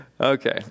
Okay